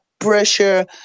pressure